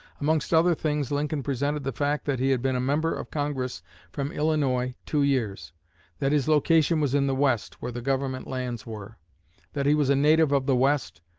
amongst other things lincoln presented the fact that he had been a member of congress from illinois two years that his location was in the west, where the government lands were that he was a native of the west,